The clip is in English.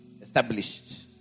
established